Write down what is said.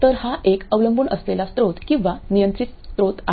तर हा एक अवलंबून असलेला स्त्रोत किंवा नियंत्रित स्त्रोत आहे